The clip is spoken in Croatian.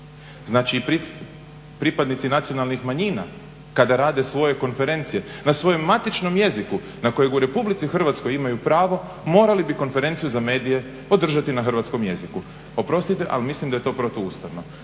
znači i pripadnici nacionalnih manjina kada rade svoje konferencije na svojem matičnom jeziku na kojeg u Republici Hrvatskoj imaju pravo morali bi konferenciju za medije održati na hrvatskom jeziku. Oprostite, ali mislim da je to protuustavno.